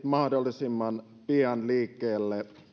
mahdollisimman pian liikkeelle nämä tukipaketit